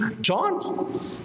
John